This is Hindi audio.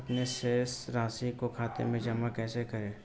अपने शेष राशि को खाते में जमा कैसे करें?